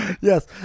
yes